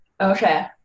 Okay